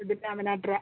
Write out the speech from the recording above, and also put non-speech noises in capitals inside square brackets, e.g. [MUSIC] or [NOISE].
[UNINTELLIGIBLE]